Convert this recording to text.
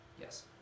Yes